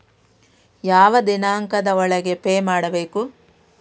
ಯಾವ ದಿನಾಂಕದ ಒಳಗೆ ಪೇ ಮಾಡಬೇಕು?